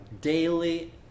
daily